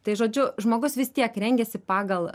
tai žodžiu žmogus vis tiek rengiasi pagal